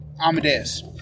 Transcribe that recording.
Amadeus